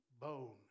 bone